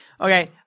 Okay